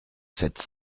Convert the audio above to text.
sept